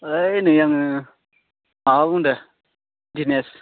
ओइ नै आङो माबा बुंदों दिनेस